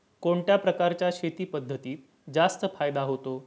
कोणत्या प्रकारच्या शेती पद्धतीत जास्त फायदा होतो?